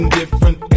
different